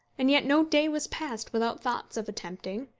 and yet no day was passed without thoughts of attempting,